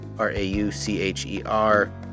R-A-U-C-H-E-R